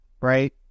Right